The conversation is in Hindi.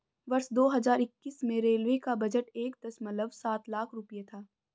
वर्ष दो हज़ार इक्कीस में रेलवे का बजट एक दशमलव सात लाख रूपये था